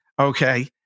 Okay